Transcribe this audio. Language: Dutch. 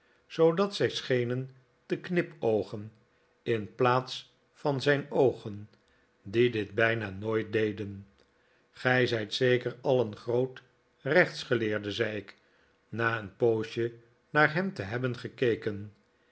zoodat zij schenen te knipoogen in plaats van zijn oogen die dit bijna nooit deden gij zijt zeker al een groot rechtsgeleerde zei ik na een poosje naar hem te hebben gekeken